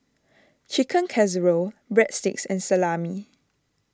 Chicken Casserole Breadsticks and Salami